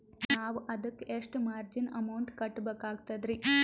ನಾವು ಅದಕ್ಕ ಎಷ್ಟ ಮಾರ್ಜಿನ ಅಮೌಂಟ್ ಕಟ್ಟಬಕಾಗ್ತದ್ರಿ?